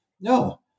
no